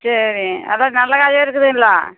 சரி அதுதான் நல்ல காயா இருக்குதுங்களா